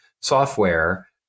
software